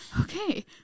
Okay